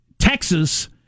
Texas